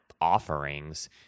offerings